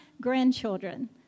grandchildren